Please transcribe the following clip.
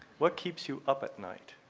what keeps you up at night?